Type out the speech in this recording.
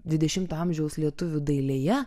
dvidešimto amžiaus lietuvių dailėje